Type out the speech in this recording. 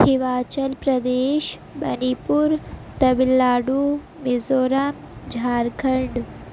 Himachal Pradesh Manipur Tamil Nadu Mizoram Jharkhand